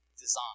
design